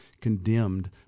condemned